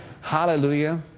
Hallelujah